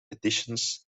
additions